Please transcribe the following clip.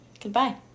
Goodbye